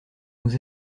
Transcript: nous